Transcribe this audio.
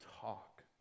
talk